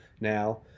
now